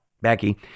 Becky